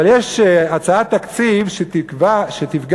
אבל יש הצעת תקציב שתפגע,